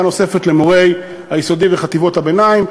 נוספת למורי היסודי וחטיבות-הביניים.